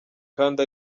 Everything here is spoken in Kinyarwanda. kandi